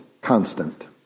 constant